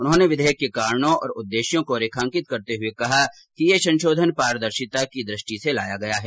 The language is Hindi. उन्होंने विधेयक के कारणों और उद्देश्यों को रेखांकित करते हुए कहा कि यह संशोधन पारदर्शिता की दृष्टि से लाया गया है